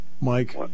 Mike